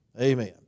Amen